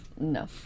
No